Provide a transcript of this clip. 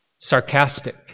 Sarcastic